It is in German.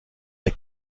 der